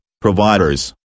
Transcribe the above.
providers